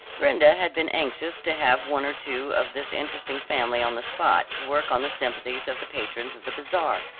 brenda had been anxious to have one or two of this interesting family on the spot to work on the sympathies of the patrons of the bazaar.